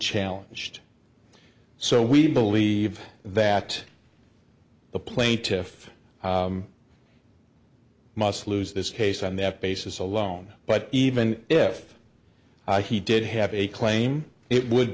challenged so we believe that the plaintiff must lose this case on that basis alone but even if he did have a claim it would